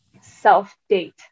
self-date